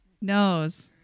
knows